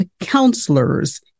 counselors